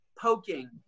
poking